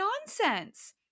nonsense